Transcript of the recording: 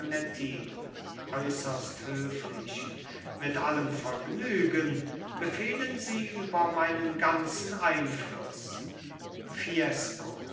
äußerst höflich mit allem vergnügen befehlen sie über meinen ganzen einfluß fiesco